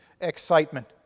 excitement